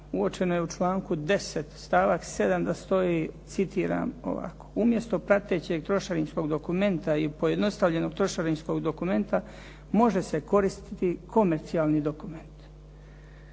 uočeno je u članku 10. stavak 7. da stoji, citiram ovako: "umjesto pratećeg trošarinskog dokumenta i pojednostavljenog trošarinskog dokumenta, može se koristiti komercijalni dokument.